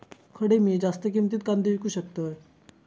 खडे मी जास्त किमतीत कांदे विकू शकतय?